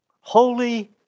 Holy